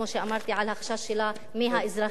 כמו שאמרתי, על החשש שלה מהאזרחים עצמם.